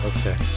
Okay